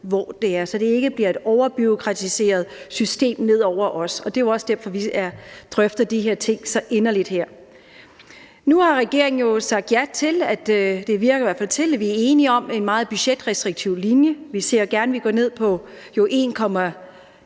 mindre EU, så det ikke bliver et overbureaukratiseret system, som kommer ned over os, og det er jo også derfor, vi drøfter de her ting så inderligt her. Nu har regeringen jo sagt ja til – og det virker i hvert fald til, at vi er enige om det – en meget budgetrestriktiv linje. Vi ser jo gerne, at man går ned på 1,1